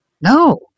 no